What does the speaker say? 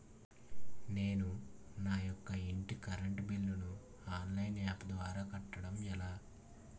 నేను నా యెక్క ఇంటి కరెంట్ బిల్ ను ఆన్లైన్ యాప్ ద్వారా కట్టడం ఎలా?